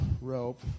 rope